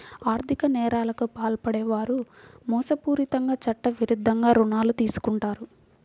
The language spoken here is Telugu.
ఆర్ధిక నేరాలకు పాల్పడే వారు మోసపూరితంగా చట్టవిరుద్ధంగా రుణాలు తీసుకుంటారు